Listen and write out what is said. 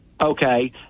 okay